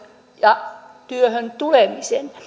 ja työhön tulemisen